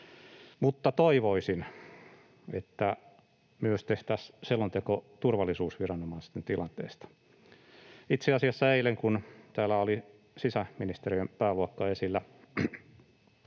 toivoisin, että myös tehtäisiin selonteko turvallisuusviranomaisten tilanteesta. Itse asiassa eilen, kun täällä oli sisäministeriön pääluokka esillä,